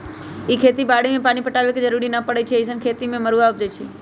इ खेती बाड़ी में पानी पटाबे के जरूरी न परै छइ अइसँन खेती में मरुआ उपजै छइ